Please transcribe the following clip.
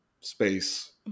space